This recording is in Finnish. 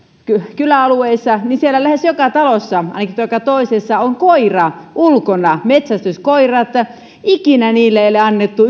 kyläalueilla lähes joka talossa ainakin joka toisessa on koira ulkona metsästyskoira ikinä niille ei ole annettu